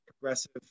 progressive